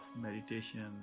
meditation